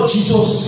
Jesus